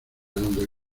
donde